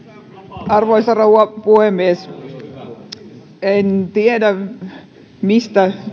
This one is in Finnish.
arvoisa rouva puhemies en tiedä mistä